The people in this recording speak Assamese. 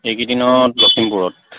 এইকেইদিনত লখিমপুৰত